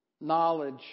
Knowledge